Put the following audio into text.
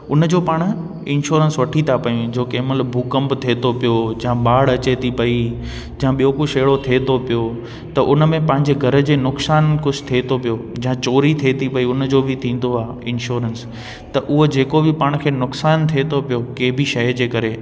उन जो पाण इंश्योरेंस वठी था पियूं जो कंहिंमहिल भुकंप थिए थो पियो या बाड़ अचे थी पई या ॿियों कुझु अहिड़ो थिए थो पियो त उन में पंहिंजे घर जे नुक़सान कुझ थिए थो पियो या चोरी थिए थी पई उन जो बि थींदो आहे इंश्योरेंस त उहो जेको बि पाण खे नुक़सान थिए थो पियो कंहिं बि शइ जे करे